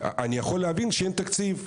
אני יכול להבין כשאין תקציב,